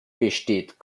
besteht